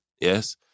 yes